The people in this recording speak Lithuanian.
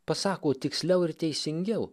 pasako tiksliau ir teisingiau